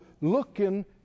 looking